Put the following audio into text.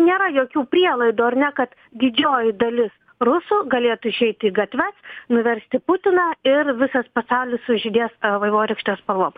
nėra jokių prielaidų ar ne kad didžioji dalis rusų galėtų išeiti į gatves nuversti putiną ir visas pasaulis sužydės vaivorykštės spalvom